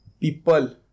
people